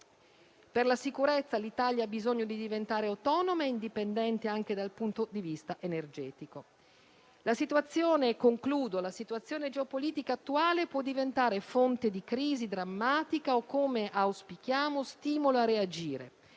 Per la sicurezza l'Italia ha bisogno di diventare autonoma e indipendente anche dal punto di vista energetico. La situazione geopolitica attuale può diventare fonte di crisi drammatica o - come auspichiamo - stimolo a reagire.